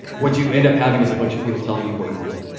what you end up having is a bunch of people telling you what you meant?